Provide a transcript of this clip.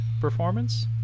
performance